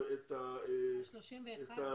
להם את ה --- 31 עובדים.